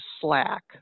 Slack